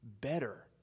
better